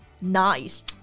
Nice